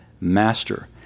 master